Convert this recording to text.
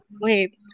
wait